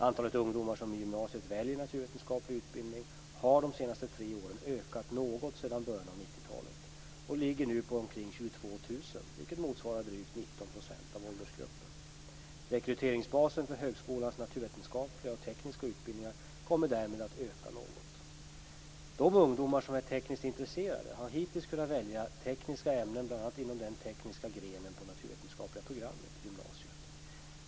Antalet ungdomar som i gymnasiet väljer naturvetenskaplig utbildning har de senaste tre åren ökat något sedan början av 1990-talet och ligger nu på omkring 22 000, vilket motsvarar drygt 19 % av åldersgruppen. Rekryteringsbasen för högskolans naturvetenskapliga och tekniska utbildningar kommer därmed att öka något. De ungdomar som är tekniskt intresserade har hittills kunnat välja tekniska ämnen bl.a. inom den tekniska grenen på naturvetenskapliga programmet i gymnasiet.